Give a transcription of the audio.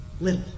little